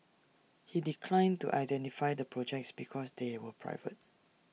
he declined to identify the projects because they were private